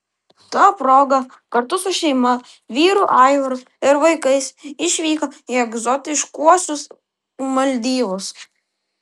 ta proga kartu su šeima vyru aivaru ir vaikais išvyko į egzotiškuosius maldyvus